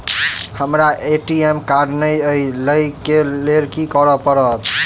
हमरा ATM card नै अई लई केँ लेल की करऽ पड़त?